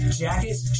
jackets